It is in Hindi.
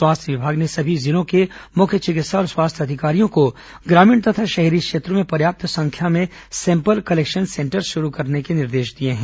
स्वास्थ्य विभाग ने सभी जिलों के मुख्य चिकित्सा और स्वास्थ्य अधिकारियों को ग्रामीण तथा शहरी क्षेत्रों में पर्याप्त संख्या में सैंपल कलेक्शन सेंटर शुरू करने के निर्देश दिए हैं